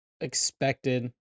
expected